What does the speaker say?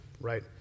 right